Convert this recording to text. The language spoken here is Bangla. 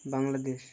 বাংলাদেশ